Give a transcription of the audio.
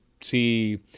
see